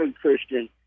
Christian